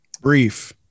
Brief